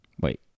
Wait